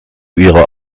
ihrer